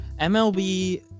MLB